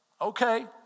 okay